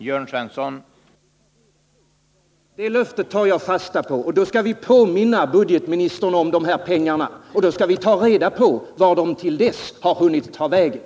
Herr talman! Det löftet tar jag fasta på. Och då skall vi påminna budgetministern om dessa pengar och ta reda på vart de till dess har hunnit ta vägen.